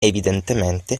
evidentemente